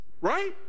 Right